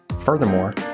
Furthermore